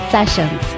Sessions